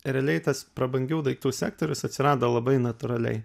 realiai tas prabangių daiktų sektorius atsirado labai natūraliai